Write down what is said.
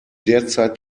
derzeit